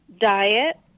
diet